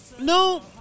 No